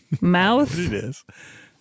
Mouth